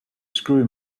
screw